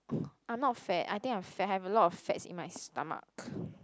I'm not fat I think I'm fat I've a lot of fats in my stomach